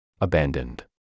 Abandoned